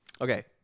okay